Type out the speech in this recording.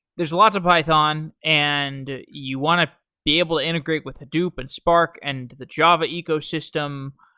there's lots of python, and you want to be able to integrate with hadoop, and spark, and the java ecosystem.